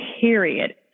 Period